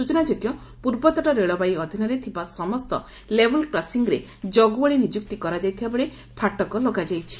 ସୂଚନାଯୋଗ୍ୟ ପୂର୍ବତଟ ରେଳବାଇ ଅଧୀନରେ ଥିବା ସମସ୍ତ ଲେବଲ୍ କ୍ରସିଂରେ ଜଗୁଆଳି ନିଯୁକ୍ତି କରାଯାଇଥିବା ବେଳେ ଫାଟକ ଲଗାଯାଇଛି